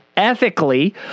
ethically